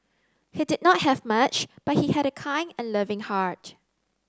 he did not have much but he had a kind and loving heart